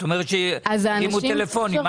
את אומרת שהרימו טלפונים.